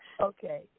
Okay